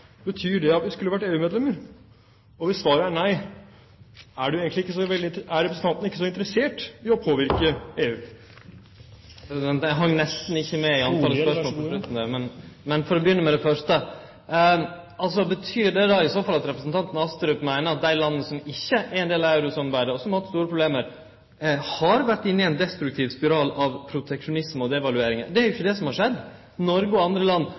Betyr at det at vi skulle vært EU-medlemmer? Og hvis svaret er nei: Er representanten egentlig ikke så veldig interessert i å påvirke EU? Eg hang nesten ikkje med på alle spørsmåla på slutten, men for å begynne med det første: Betyr det i så fall at representanten Astrup meiner at dei landa som ikkje er ein del av eurosamarbeidet, og som har hatt store problem, har vore inne i ein destruktiv spiral av proteksjonisme og devalueringar? Det er jo ikkje det som har skjedd. Noreg og andre land